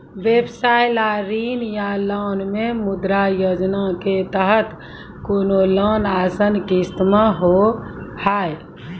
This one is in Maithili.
व्यवसाय ला ऋण या लोन मे मुद्रा योजना के तहत कोनो लोन आसान किस्त मे हाव हाय?